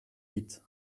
huit